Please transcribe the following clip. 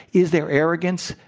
is there arrogance?